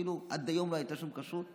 כאילו עד היום לא הייתה שם כשרות,